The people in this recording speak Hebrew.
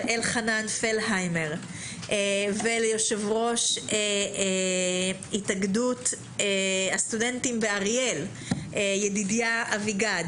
אלחנן פלהיימר וליושב-ראש התאגדות הסטודנטים באריאל ידידיה אביגד